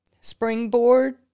Springboard